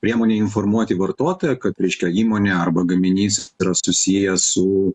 priemonę informuoti vartotoją kad reiškia įmonė arba gaminys yra susijęs su